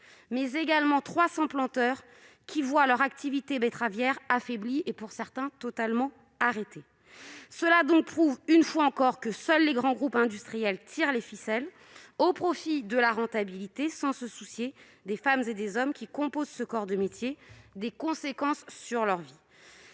supprimés, 300 planteurs ont vu leur activité betteravière affaiblie et, pour certains, totalement arrêtée. Cela prouve une fois encore que seuls les grands groupes industriels tirent les ficelles en vue de la rentabilité sans se soucier des femmes et des hommes qui composent ce corps de métier et des conséquences sur leur vie.